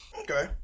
Okay